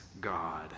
God